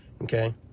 okay